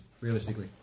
realistically